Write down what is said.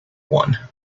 one